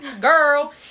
girl